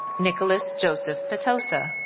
nicholas joseph petosa.